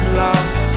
lost